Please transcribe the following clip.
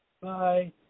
Bye